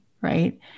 right